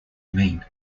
remain